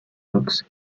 cox